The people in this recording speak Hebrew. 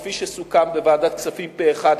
כפי שסוכם בוועדת הכספים פה-אחד,